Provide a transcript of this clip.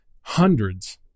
hundreds